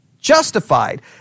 Justified